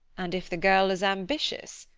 and if the girl is ambitious,